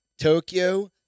Tokyo